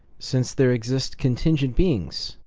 since there exist contingent beings,